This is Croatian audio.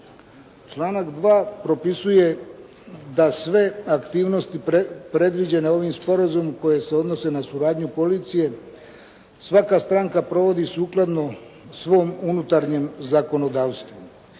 Članak 2. propisuje da sve aktivnosti predviđene ovim sporazumom koje se odnose na suradnju policije svaka stranka provodi sukladno svom unutarnjem zakonodavstvu.